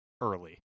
early